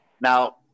now